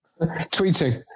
Tweeting